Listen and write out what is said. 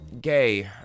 gay